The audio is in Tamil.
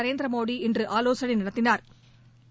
நரேந்திரமோடி இன்று ஆலோசனை நடத்தினாா்